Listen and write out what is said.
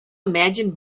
imagine